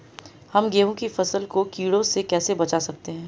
हम गेहूँ की फसल को कीड़ों से कैसे बचा सकते हैं?